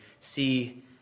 see